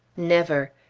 never.